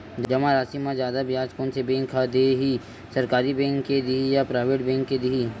जमा राशि म जादा ब्याज कोन से बैंक ह दे ही, सरकारी बैंक दे हि कि प्राइवेट बैंक देहि?